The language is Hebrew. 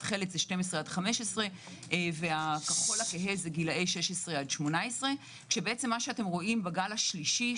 התכלת זה 12 עד 15 והכחול הכהה זה גילאי 16 עד 18. בגל השלישי,